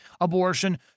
abortion